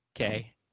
okay